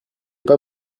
pas